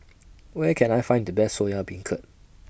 Where Can I Find The Best Soya Beancurd